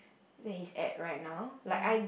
there is eight right now like I